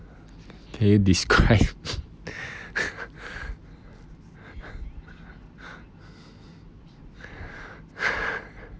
can you describe